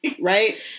Right